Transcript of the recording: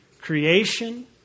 Creation